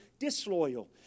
Disloyal